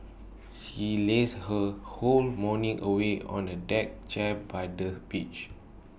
she lazed her whole morning away on A deck chair by the beach